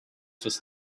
his